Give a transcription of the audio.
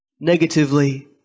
negatively